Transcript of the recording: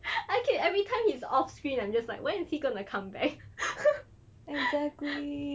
I keep every time he's off screen and I'm just like when is he going to come back